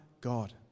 God